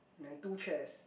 and two chairs